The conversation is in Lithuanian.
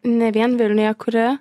ne vien vilniuje kuri